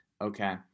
Okay